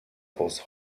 aus